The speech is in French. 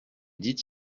dit